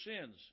sins